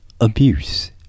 abuse